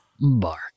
Bark